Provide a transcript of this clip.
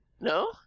no